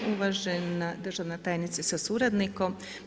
Uvažena državna tajnice sa suradnikom.